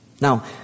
Now